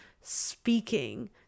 speaking